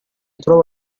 trova